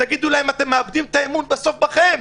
תגידו להם: אתם מאבדים את האמון בסוף בכם.